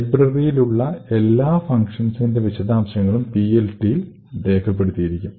ലൈബ്രറിയിൽ ഉള്ള എല്ലാ ഫങ്ഷൻസിന്റെ വിശദാംശങ്ങളും PLT യിൽ രേഖപ്പെടുത്തിയിരിക്കും